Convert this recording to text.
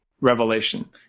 revelation